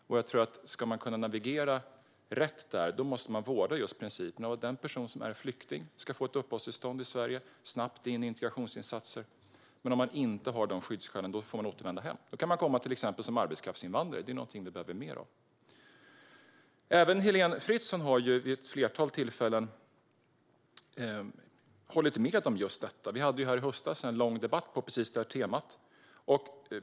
Om man ska kunna navigera rätt där måste man vårda principen att den person som är flykting ska få ett uppehållstillstånd i Sverige och snabbt komma in i integrationsinsatser men att personer som inte har skyddsskäl får återvända hem. Då kan de komma till exempel som arbetskraftsinvandrare, vilket vi behöver fler av. Även Heléne Fritzon har vid ett flertal tillfällen hållit med om detta. I höstas hade vi en lång debatt på precis detta tema.